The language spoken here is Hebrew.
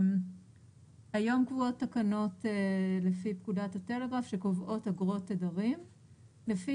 היום קבועות תקנות לפי פקודת הטלגרף שקובעות אגרות תדרים לפי